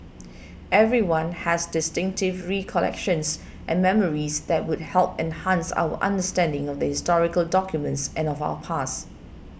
everyone has distinctive recollections and memories that would help enhance our understanding of the historical documents and of our past